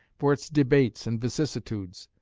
for its debates and vicissitudes.